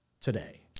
today